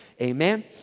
Amen